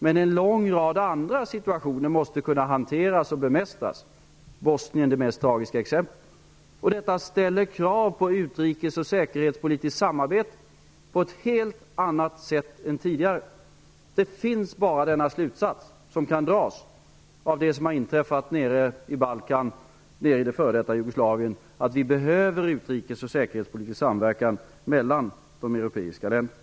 Men en lång rad andra situationer måste kunna hanteras och bemästras. Bosnien är det mest tragiska exemplet. Detta ställer helt andra krav på utrikes och säkerhetspolitiskt samarbete än tidigare. Det är den slutsats som kan dras av det som har inträffat i Balkan och i f.d. Jugoslavien. Vi behöver utrikesoch säkerhetspolitisk samverkan mellan de europeiska länderna.